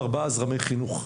ארבעה זרמי חינוך,